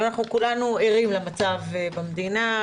כולנו ערים למצב במדינה,